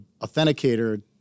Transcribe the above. authenticator